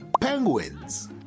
penguins